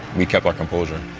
we kept our composure.